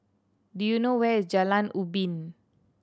do you know where is Jalan Ubin